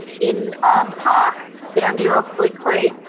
in parks down near oxley creek,